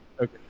Okay